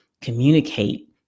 communicate